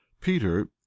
Peter